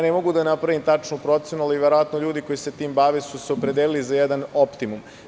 Ne mogu da napravim tačnu procenu, ali verovatno ljudi koji se time bave su se opredelili za jedan optimum.